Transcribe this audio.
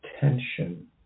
tension